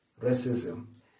racism